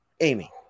Amy